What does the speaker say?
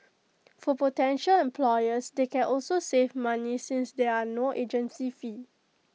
for potential employers they can also save money since there are no agency fees